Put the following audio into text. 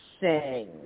sing